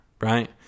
right